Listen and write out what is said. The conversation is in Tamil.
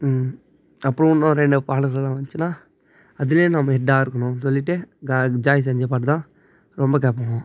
அப்புறம் இன்னும் என்ன பாடல்கள் எல்லாம் வந்துச்சுன்னா அதுலையே நம்ம ஹெட்டாக இருக்கணும் சொல்லிவிட்டு கா ஜாய் சஞ்சய் பாட்டு தான் ரொம்ப கேட்போம்